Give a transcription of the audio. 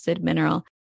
mineral